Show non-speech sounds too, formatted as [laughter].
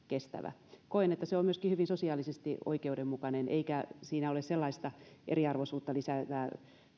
[unintelligible] kestävä koen että se on myöskin hyvin sosiaalisesti oikeudenmukainen eikä siinä ole sellaista eriarvoisuutta lisäävää